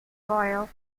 royale